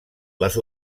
les